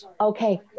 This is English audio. Okay